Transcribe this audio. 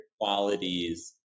qualities